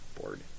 board